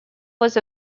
was